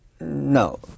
No